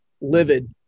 livid